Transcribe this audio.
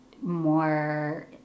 more